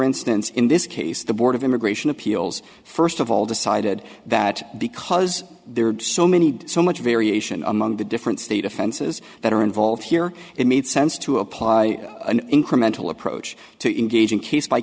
instance in this case the board of immigration appeals first of all decided that because there are so many so much variation among the different state offenses that are involved here it made sense to apply an incremental approach to engaging case by